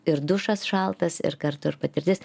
ir dušas šaltas ir kartu ir patirtis